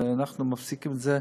ואנחנו מפסיקים את זה